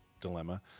dilemma